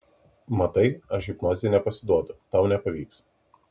matai aš hipnozei nepasiduodu tau nepavyks